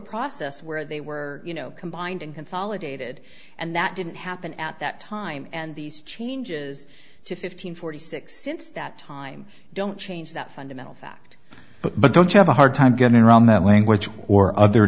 process where they were you know combined and consolidated and that didn't happen at that time and these changes to fifteen forty six since that time don't change that fundamental fact but but don't you have a hard time getting around that language or other